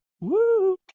woo